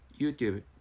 YouTube